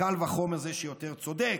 קל וחומר זה שיותר צודק.